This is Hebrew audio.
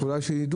רק אולי שידעו,